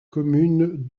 commune